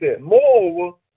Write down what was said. Moreover